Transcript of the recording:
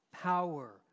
power